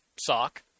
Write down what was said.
sock